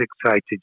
excited